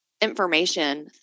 information